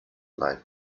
like